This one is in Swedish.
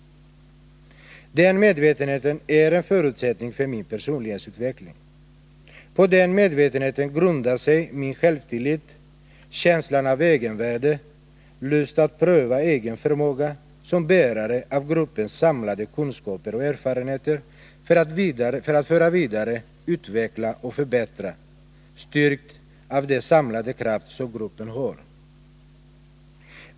Den medvetenheten är en förutsättning för min personlighetsutveckling. På den medvetenheten grundar sig min självtillit, min känsla av egenvärde, lusten att pröva egen förmåga som bärare av gruppens samlade kunskaper och erfarenheter och — styrkt av den samlade kraft som gruppen har — lusten för att föra vidare, utveckla och förbättra dessa kunskaper och erfarenheter.